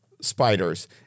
spiders